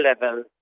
level